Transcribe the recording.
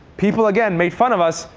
people, again, made fun of us,